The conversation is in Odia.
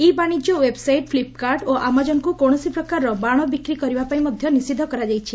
ଇ ବାଶିଜ୍ୟ ଓ୍ୱେବ୍ସାଇଟ୍ ଫ୍ଲିପ୍କାର୍ଟ ଓ ଆମାଜନ୍କୁ କୌଣସି ପ୍ରକାରର ବାଣ ବିକ୍ରି କରିବା ପାଇଁ ମଧ୍ଧ ନିଷିଦ୍ଧ କରାଯାଇଛି